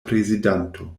prezidanto